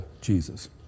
Jesus